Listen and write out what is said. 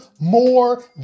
more